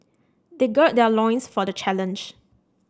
they gird their loins for the challenge